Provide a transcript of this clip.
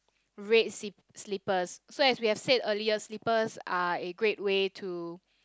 red sip slippers so as we have said earlier slippers are a great way to